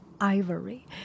ivory